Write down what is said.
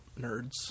nerds